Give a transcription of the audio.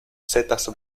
setas